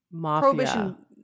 Prohibition